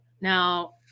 Now